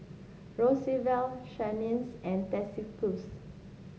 Roosevelt Shanice and Atticus